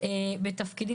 בתפקידים